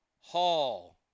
Hall